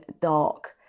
dark